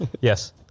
Yes